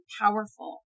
powerful